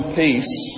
peace